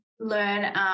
learn